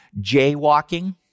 Jaywalking